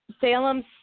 Salem's